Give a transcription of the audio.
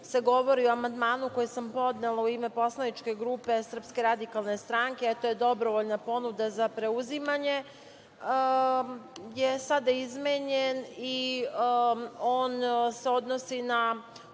se govori u amandmanu koji sam podnela u ime poslaničke grupe SRS, a to je dobrovoljna ponuda za preuzimanje, je sada izmenjen i on se odnosi na